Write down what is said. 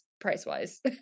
price-wise